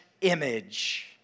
image